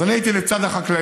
אז אני הייתי לצד החקלאים,